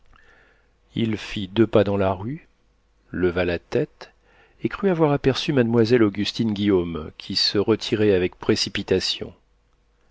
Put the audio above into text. il fit deux pas dans la rue leva la tête et crut avoir aperçu mademoiselle augustine guillaume qui se retirait avec précipitation